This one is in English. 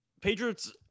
Patriots